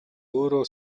өөрөө